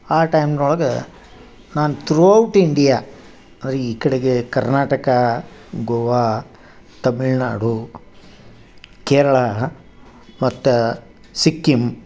ಆ ಟೈಮ್ನೊಳಗ ನಾನು ತ್ರೂಔಟ್ ಇಂಡಿಯಾ ಅಂದ್ರ ಈ ಕಡೆಗೆ ಕರ್ನಾಟಕ ಗೋವಾ ತಮಿಳುನಾಡು ಕೇರಳ ಮತ್ತು ಸಿಕ್ಕಿಮ್